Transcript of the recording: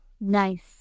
Nice